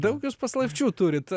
daug paslapčių turit